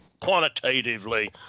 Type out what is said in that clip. quantitatively